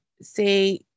say